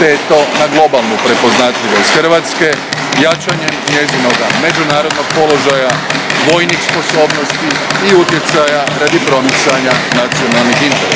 I 5. na globalnu prepoznatljivost Hrvatske jačanjem njezinog međunarodnog položaja, vojnih sposobnosti i utjecaja radi promicanja nacionalnih interesa.